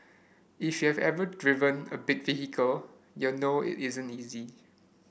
if you've ever driven a big vehicle you'll know it isn't easy